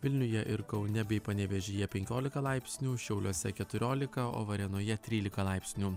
vilniuje ir kaune bei panevėžyje penkiolika laipsnių šiauliuose keturiolika o varėnoje trylika laipsnių